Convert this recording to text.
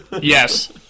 Yes